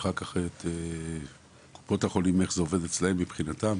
איך זה עובד אצלם מבחינתם,